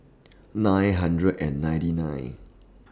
nine hundred and ninety nine